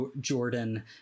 Jordan